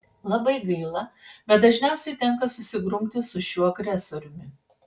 labai gaila bet dažniausiai tenka susigrumti su šiuo agresoriumi